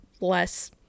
less